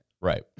Right